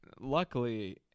Luckily